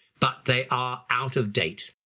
but they are out of date.